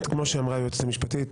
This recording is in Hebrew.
כמו שאמרה היועצת המשפטית,